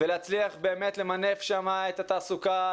לנסות למנף את התעסוקה,